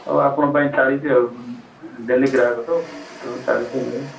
ହଉ ଆପଣଙ୍କ ପାଇଁ ଚାଳିଶି ଆଉ ଡେଲି ଗ୍ରାହକ ତ ତେଣୁ ଚାଳିଶିରେ ନେବେ